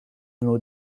nos